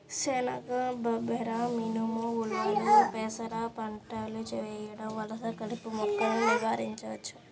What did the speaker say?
శనగ, బబ్బెర, మినుము, ఉలవలు, పెసర పంటలు వేయడం వలన కలుపు మొక్కలను నివారించవచ్చు